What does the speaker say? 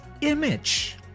image